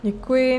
Děkuji.